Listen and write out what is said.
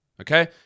Okay